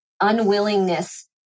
unwillingness